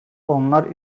onlar